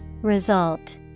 Result